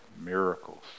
miracles